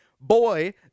boy